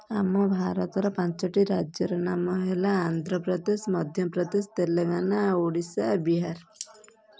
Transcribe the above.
ଆମ ଭାରତର ପାଞ୍ଚଟି ରାଜ୍ୟର ନାମ ହେଲା ଆନ୍ଧ୍ରପ୍ରଦେଶ ମଧ୍ୟପ୍ରଦେଶ ତେଲେଙ୍ଗାନା ଓଡ଼ିଶା ବିହାର